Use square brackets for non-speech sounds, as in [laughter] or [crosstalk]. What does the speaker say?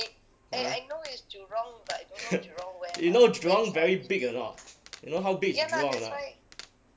[laughs] you know jurong is very big or not you know how big is jurong